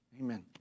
Amen